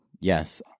Yes